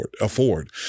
afford